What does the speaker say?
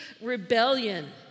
rebellion